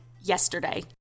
yesterday